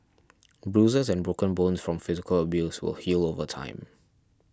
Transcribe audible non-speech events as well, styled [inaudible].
[noise] bruises and broken bones from physical abuse will heal over time